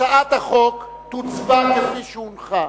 נצביע על הצעת החוק כפי שהונחה.